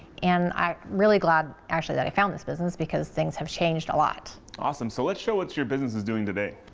and i'm really glad actually that i found this business because things have changed a lot. awesome, so let's show your business is doing today.